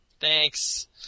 Thanks